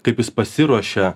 kaip jis pasiruošia